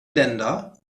länder